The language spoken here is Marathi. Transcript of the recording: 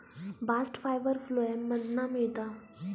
बास्ट फायबर फ्लोएम मधना मिळता